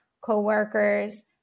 co-workers